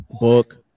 book